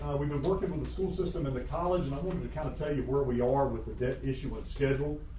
we've been working with the school system in the college and i wanted to kind of tell you where we are with the debt issuance schedule.